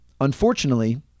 Unfortunately